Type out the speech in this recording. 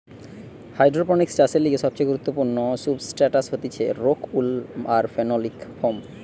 hydroponics চাষের লিগে সবচেয়ে গুরুত্বপূর্ণ সুবস্ট্রাটাস হতিছে রোক উল আর ফেনোলিক ফোম